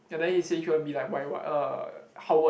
and then he said he want to be like what uh Howard